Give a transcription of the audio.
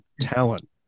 talent